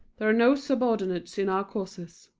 there are no subordinates in our courses.